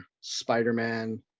Spider-Man